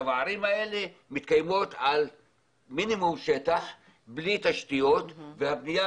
הערים האלה מתקיימות על מינימום שטח בלי תשתיות והבנייה